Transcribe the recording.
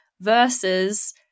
versus